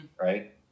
right